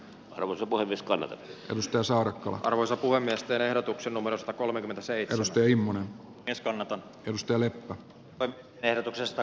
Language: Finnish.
arvoisa puhemies kalevi kivistö saan arvoisa puhemiestään ehdotuksen numerosta kolmekymmentä seitosten immonen esko naton edustajalle ehdotuksesta